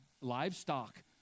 livestock